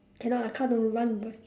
cannot lah car don't run